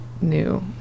new